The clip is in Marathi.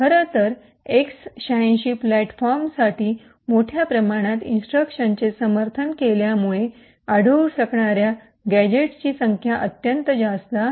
खरं तर एक्स ८६ प्लॅटफॉर्मसाठी मोठ्या प्रमाणात इंस्ट्रक्शनचे समर्थन केल्यामुळे आढळू शकणार्या गॅझेटची संख्या अत्यंत जास्त आहे